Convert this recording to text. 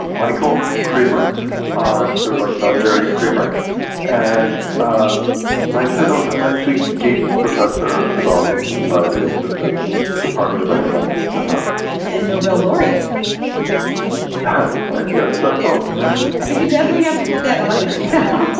michael kremer ah so like non-dairy creamer and ah my titles i'm actually gates professor of developing societies in the department of economics at harvard and nobel laureate um i guess so i think you definitely have to put that on there now